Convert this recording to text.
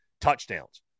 touchdowns